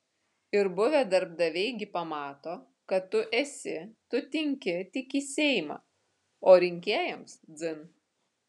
ir buvę darbdaviai gi pamato kad tu esi tu tinki tik į seimą o rinkėjams dzin